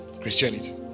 Christianity